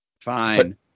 Fine